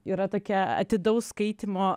yra tokia atidaus skaitymo